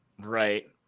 Right